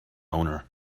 owner